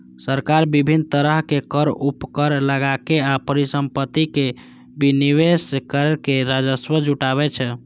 सरकार विभिन्न तरहक कर, उपकर लगाके आ परिसंपत्तिक विनिवेश कैर के राजस्व जुटाबै छै